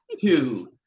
Two